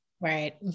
right